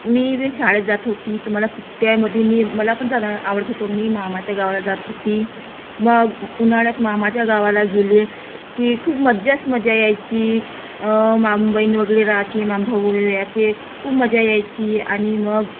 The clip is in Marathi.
मी बी शाळेत जात होती तर मला सुट्ट्यामध्ये मी मला पण जाणं आवडत होतं मी मामाच्या गावाला जात होती मग उन्हाळ्यात मामाच्या गावाला गेले की खूप मज्जाच मजा यायची मामेबहिण वगैरे राहायची मामेभाऊ वगैरे यायचे खूप मजा यायची आणि मग